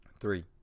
Three